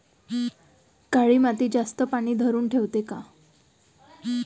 काळी माती जास्त पानी धरुन ठेवते का?